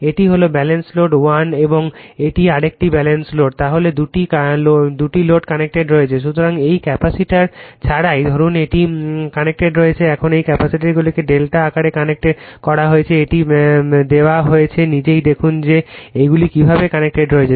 এটি হল balanced load 1 এবং এটি আরেকটি ব্যালেন্সড লোড তাহলে 2টি লোড কানেক্টেড রয়েছে । সুতরাং এটি ক্যাপাসিটর ছাড়াই ধরুন এটি কানেক্টেড রয়েছে এখন এই ক্যাপাসিটরগুলিকে ডেল্টা আকারে কানেক্ট করা হয়েছে এটি দেওয়া আছে নিজেই দেখুন যে এগুলি কীভাবে কানেক্টেড রয়েছে